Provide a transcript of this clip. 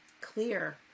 clear